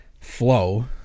flow